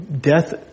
death